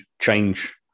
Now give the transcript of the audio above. change